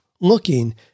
looking